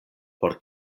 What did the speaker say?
por